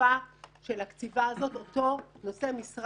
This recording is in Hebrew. שבתקופה של הקציבה הזאת אותו נושא משרה